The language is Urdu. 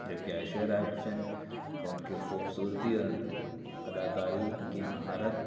جبکہ ایشوریہ رائے بچن ان کی خوبصورتی اور اداکاری کی مہارت